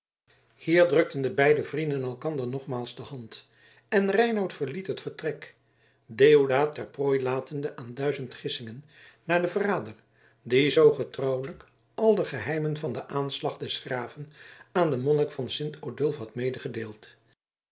hier drukten de beide vrienden elkander nogmaals de hand en reinout verliet het vertrek deodaat ter prooi latende aan duizend gissingen naar den verrader die zoo getrouwelijk al de geheimen van den aanslag des graven aan den monnik van sint odulf had